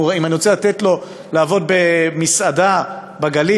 אם אני רוצה לתת לו לעבוד במסעדה בגליל,